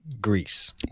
Greece